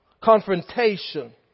confrontation